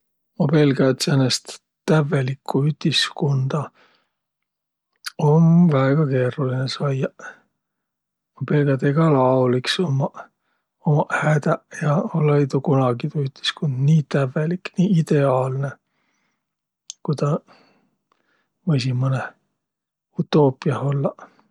Ma pelgä, et säänest tävvelikku ütiskunda om väega keerolinõ saiaq. Ma pelgä, et egäl aol iks ummaq umaq hädäq ja olõ-õi tuu kunagi, tuu ütiskund, nii tävvelik, nii ideaalnõ, ku tä võisiq mõnõh utoopiah ollaq.